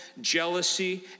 jealousy